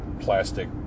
plastic